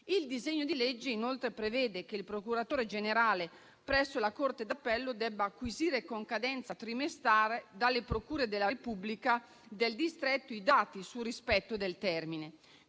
Il disegno di legge prevede inoltre che il procuratore generale presso la corte d'appello acquisisca con cadenza trimestrale dalle procure della Repubblica del distretto i dati sul rispetto del termine,